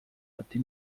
عادی